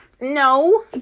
no